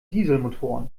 dieselmotoren